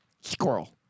Squirrel